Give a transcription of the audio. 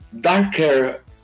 darker